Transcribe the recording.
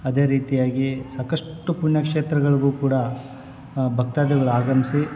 ಅದೇ ರೀತಿಯಾಗಿ ಸಾಕಷ್ಟು ಪುಣ್ಯಕ್ಷೇತ್ರಗಳಿಗು ಕೂಡ ಭಕ್ತಾದಿಗಳ್ ಆಗಮಿಸಿ